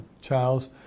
Charles